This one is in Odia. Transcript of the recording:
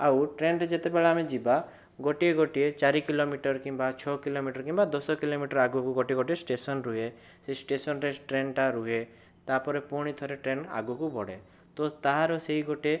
ଆଉ ଟ୍ରେନରେ ଯେତେବେଳେ ଆମେ ଯିବା ଗୋଟିଏ ଗୋଟିଏ ଚାରି କିଲୋମିଟର କିମ୍ବା ଛଅ କିଲୋମିଟର କିମ୍ବା ଦଶ କିଲୋମିଟର ଆଗକୁ ଗୋଟିଏ ଗୋଟିଏ ଷ୍ଟେସନ ରୁହେ ସେଇ ଷ୍ଟେସନରେ ଟ୍ରେନଟା ରୁହେ ତାପରେ ପୁଣିଥରେ ଟ୍ରେନ ଆଗକୁ ବଢ଼େ ତ ତାହାର ସେଇ ଗୋଟେ